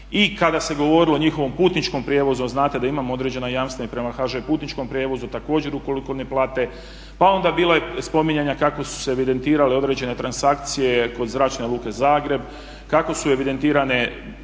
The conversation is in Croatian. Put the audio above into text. I kada se govorilo o njihovom putničkom prijevozu, a znate da imamo određena jamstva i prema HŽ Putničkom prijevozu također ukoliko ne plate. Pa onda bilo je spominjanja kako su se evidentirale određene transakcije kod Zračne luke Zagreb, kako su evidentirane tako